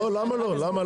לא למה לא?